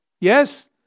Yes